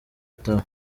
taba